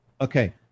Okay